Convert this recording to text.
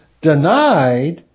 denied